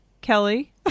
Kelly